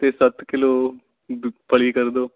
ਅਤੇ ਸੱਤ ਕਿੱਲੋ ਫ਼ਲੀ ਕਰ ਦਿਓ